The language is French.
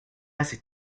cet